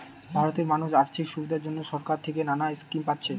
ভারতের মানুষ আর্থিক সুবিধার জন্যে সরকার থিকে নানা স্কিম পাচ্ছে